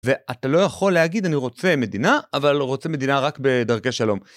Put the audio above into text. ואתה לא יכול להגיד, אני רוצה מדינה, אבל אני לא רוצה מדינה רק בדרכי שלום.